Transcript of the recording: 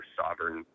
sovereign